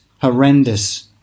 horrendous